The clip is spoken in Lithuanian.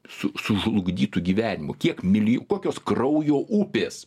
su sužlugdytų gyvenimų kiek mili kokios kraujo upės